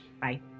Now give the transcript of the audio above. Bye